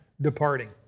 departing